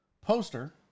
poster